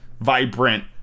vibrant